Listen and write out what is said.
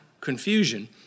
confusion